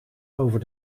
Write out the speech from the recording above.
over